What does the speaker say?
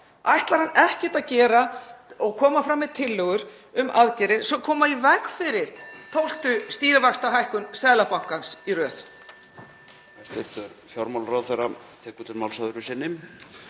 Ætlar hann ekki að koma fram með tillögur um aðgerðir sem koma í veg fyrir 12. stýrivaxtahækkun Seðlabankans í röð?